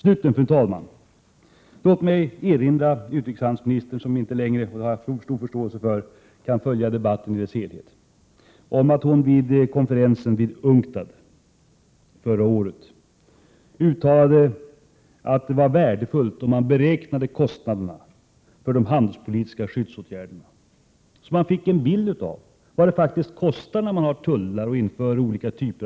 Låt mig vidare, fru talman, erinra utrikeshandelsministern, som inte kan följa debatten i dess helhet, vilket jag har stor förståelse för, om att hon vid konferensen i UNCTAD förra året uttalade att det var värdefullt att beräkna | kostnaderna för de handelspolitiska skyddsåtgärderna. Därmed kunde man få en bild av vad det faktiskt kostar att införa olika typer av handelshinder, t.ex. tullar.